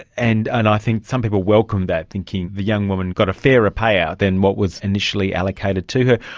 and and i think some people welcomed that, thinking the young woman got a fairer payout than what was initially allocated to her.